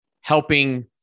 helping